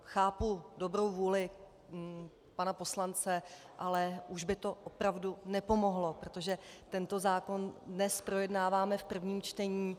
Chápu dobrou vůli pana poslance, ale už by to opravdu nepomohlo, protože tento zákon dnes projednáváme v prvním čtení.